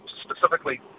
specifically